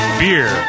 beer